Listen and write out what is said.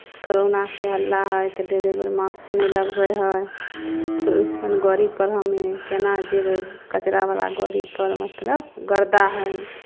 करोनाके हल्ला हइ तऽ डरेबर मास्क नहि लगबै हइ तऽ ओहिसन गाड़ीपर हमे केना जेबै कचरावला गाड़ीपर मतलब गर्दा हइ